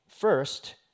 First